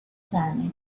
planet